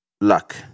luck